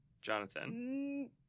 Jonathan